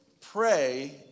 Pray